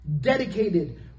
dedicated